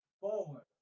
Forward